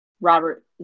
Robert